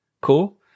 cool